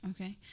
Okay